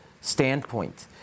standpoint